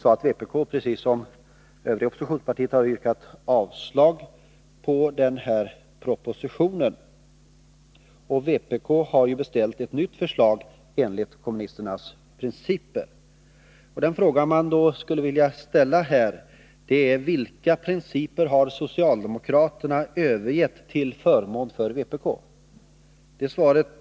Vpk har, precis som folkpartiet, yrkat avslag på propositionen. Vpk har beställt ett nytt förslag enligt kommunisternas principer. Den fråga man då skulle vilja ställa är: Vilka principer har socialdemokraterna nu övergivit till förmån för vpk:s?